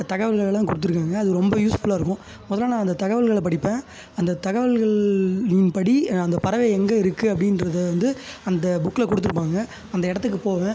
தகவல்களெல்லாம் கொடுத்துருக்காங்க அது ரொம்ப யூஸ்ஃபுல்லாக இருக்கும் முதல்ல நான் அந்த தகவல்களை படிப்பேன் அந்த தகவல்களின் படி அந்த பறவை எங்கே இருக்குது அப்படின்றத வந்து அந்த புக்கில் கொடுத்துருப்பாங்க அந்த இடத்துக்கு போவேன்